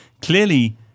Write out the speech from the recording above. clearly